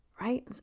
right